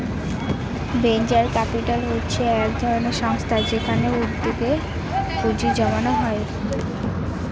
venture capital হচ্ছে এক ধরনের সংস্থা যেখানে উদ্যোগে পুঁজি জমানো হয়